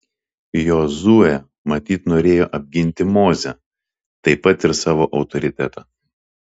jozuė matyt norėjo apginti mozę taip pat ir savo autoritetą